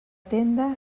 tenda